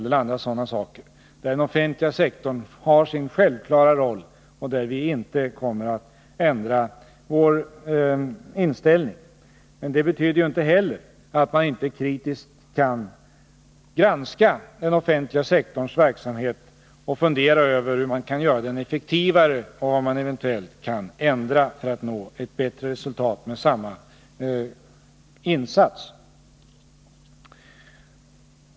Den offentliga sektorn har sin självklara roll, och vi kommer självfallet inte att ändra vår inställning till den. Men det betyder inte att man inte kritiskt kan granska den offentliga sektorns verksamhet och fundera över hur man skulle kunna göra den effektivare och vad man eventuellt kan ändra för att nå ett bättre resultat med samma insats.